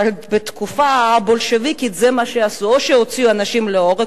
אבל בתקופה הבולשביקית זה מה שעשו: או שהוציאו אנשים להורג,